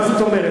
מה זאת אומרת?